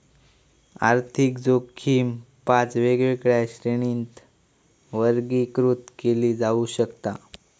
आर्थिक जोखीम पाच वेगवेगळ्या श्रेणींत वर्गीकृत केली जाऊ शकता